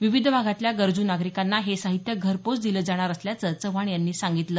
विविध भागातल्या गरजू नागरिकांना हे साहित्य घरपोहोच दिलं जाणार असल्याचं चव्हाण यांनी सांगितलं